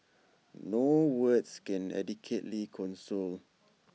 no words can adequately console